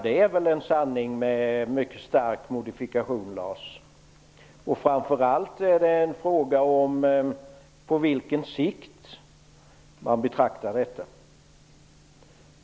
Det är väl en sanning med mycket stark modifikation, Lars Bäckström. Framför allt är det en fråga om på hur lång sikt man ser detta.